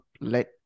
Let